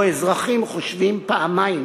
שבו אזרחים חושבים פעמיים